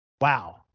Wow